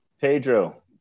Pedro